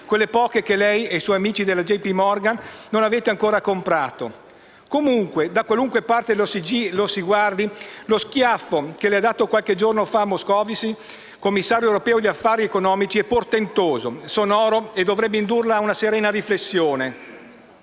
quelle poche che lei e i suoi amici della J.P. Morgan non avete ancora comprato. Comunque, da qualunque parte lo si guardi, lo schiaffo che le ha dato qualche giorno fa Moscovici, commissario europeo agli affari economici, è portentoso e sonoro e dovrebbe indurla a una serena riflessione.